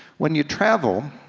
when you travel,